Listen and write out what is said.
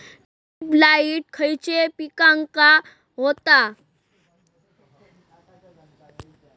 Late blight खयले पिकांका होता?